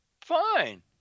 fine